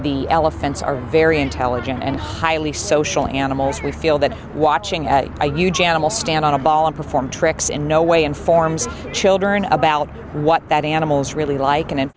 the elephants are very intelligent and highly social animals we feel that watching a huge animal stand on a ball and perform tricks in no way informs children about what that animals really lik